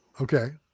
Okay